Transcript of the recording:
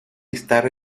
estar